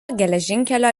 geležinkelio